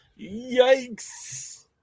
Yikes